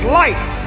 life